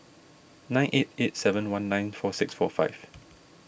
nine eight eight seven one nine four six four five